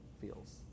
feels